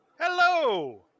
Hello